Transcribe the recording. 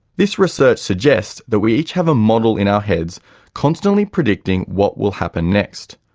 this research suggests that we each have a model in our heads constantly predicting what will happen next.